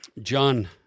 John